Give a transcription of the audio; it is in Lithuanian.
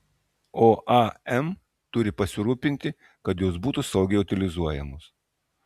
o am turi pasirūpinti kad jos būtų saugiai utilizuojamos